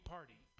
Party